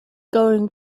going